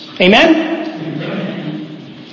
Amen